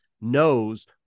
knows